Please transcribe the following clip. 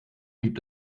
gibt